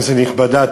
כנסת נכבדה,